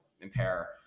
impair